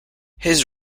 his